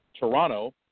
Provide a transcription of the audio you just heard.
Toronto